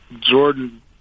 jordan